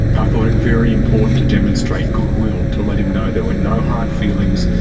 i thought it very important to demonstrate goodwill to let him know there were no hard feelings,